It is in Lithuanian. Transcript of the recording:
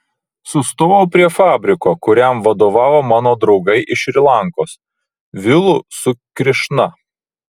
sustojau prie fabriko kuriam vadovavo mano draugai iš šri lankos vilu su krišna